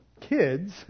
kids